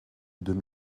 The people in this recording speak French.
deux